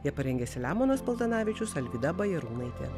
ją parengė selemonas paltanavičius alvyda bajarūnaitė